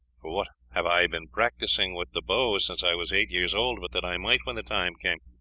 for what have i been practising with the bow since i was eight years old but that i might, when the time came,